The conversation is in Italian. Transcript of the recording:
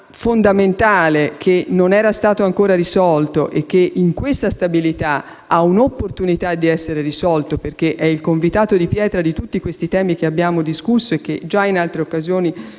fondamentale che non era stato ancora risolto e che in questa legge di stabilità avrà un'opportunità di essere risolto, perché è il convitato di pietra di tutti questi temi che abbiamo discusso (e che in altre occasioni